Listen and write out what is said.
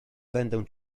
będę